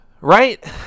right